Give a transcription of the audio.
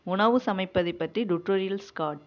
உணவு சமைப்பதை பற்றி டுடோரியல்ஸ் காட்